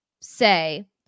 say